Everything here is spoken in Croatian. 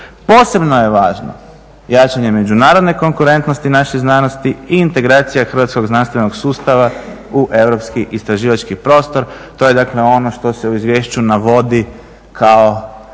Posebno je važno jačanje međunarodne konkurentnosti naše znanosti i integracija Hrvatskog znanstvenog sustava u europski istraživački prostor, to je dakle ono što se u izvješću navodi kao